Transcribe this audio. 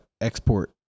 export